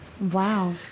Wow